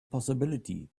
possibility